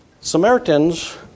Samaritans